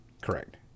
Correct